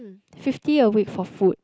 fifty a week for food